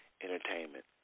entertainment